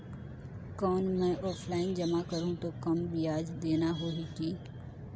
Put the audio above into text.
कौन मैं ऑफलाइन जमा करहूं तो कम ब्याज देना होही की?